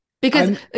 because-